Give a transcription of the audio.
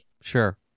sure